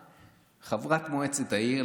חברת מועצת העיר,